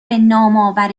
نامآور